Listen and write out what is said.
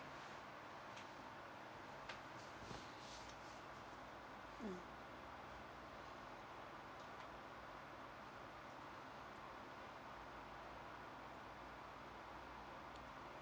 mm